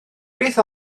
beth